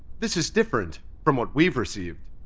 this is different from what we've received.